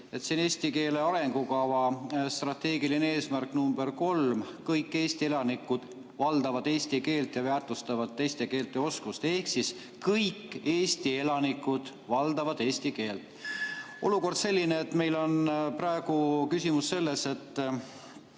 et eesti keele arengukava strateegiline eesmärk nr 3 [ütleb]: kõik Eesti elanikud valdavad eesti keelt ja väärtustavad teiste keelte oskust. Ehk siis kõik Eesti elanikud valdavad eesti keelt. Olukord on selline, et meil on praegu küsimus selles, et